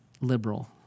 liberal